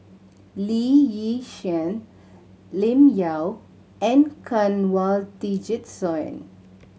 Lee Yi Shyan Lim Yau and Kanwaljit Soin